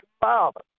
Father